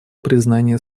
признания